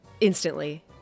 instantly